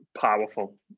powerful